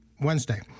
Wednesday